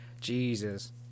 Jesus